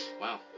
Wow